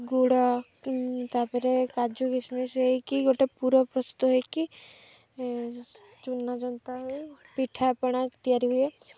ଗୁଡ଼ ତାପରେ କାଜୁ କିିସମିସ ହେଇକି ଗୋଟେ ପୁର ପ୍ରସ୍ତୁତ ହୋଇକି ଚୁନା ଜନ୍ତା ହୁଏ ପିଠାପଣା ତିଆରି ହୁଏ